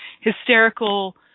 hysterical